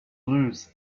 lose